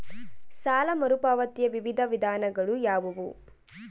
ಸಾಲ ಮರುಪಾವತಿಯ ವಿವಿಧ ವಿಧಾನಗಳು ಯಾವುವು?